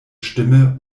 stimme